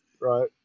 right